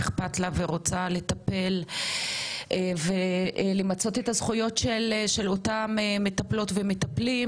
אכפת לה ורוצה לטפל ולמצות את הזכויות של אותם מטפלות ומטפלים,